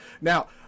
Now